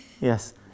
Yes